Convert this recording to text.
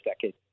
decade